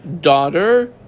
daughter